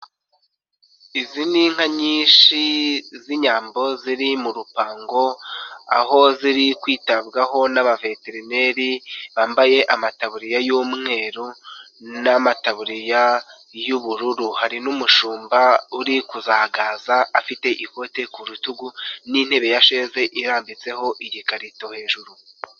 izi ni nka nyinshi z'inyambo ziri mu rupango aho ziri kwitabwaho n'abaveterineri bambaye amatabuririya y'umweru, n'amataburiya y'ubururu, hari n'umushumba uri kuzagaza afite ikote ku rutugu n'intebe ya sheze irambitseho igikarito hejuru.